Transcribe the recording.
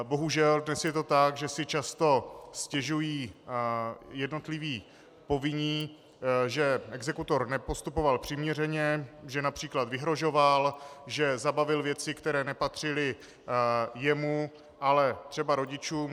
Bohužel, dnes je to tak, že si často stěžují jednotliví povinní, že exekutor nepostupoval přiměřeně, že například vyhrožoval, že zabavil věci, které nepatřily jemu, ale třeba rodičům.